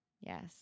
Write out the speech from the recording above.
Yes